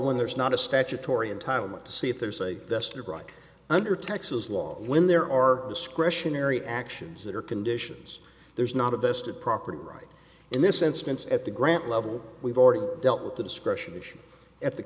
when there is not a statutory entitlement to see if there is a vested right under texas law when there are discretionary actions that are conditions there's not a vested property right in this instance at the grant level we've already dealt with the discretion issue at the